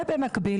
במקביל,